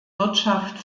wirtschaft